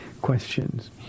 questions